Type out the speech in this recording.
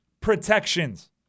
protections